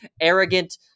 arrogant